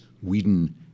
Whedon